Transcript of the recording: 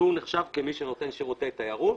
הוא נחשב כמי שנותן שירותי תיירות,